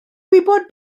gwybod